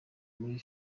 muri